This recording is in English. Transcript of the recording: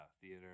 theater